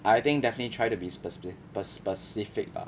I think definitely try to be specific specific lah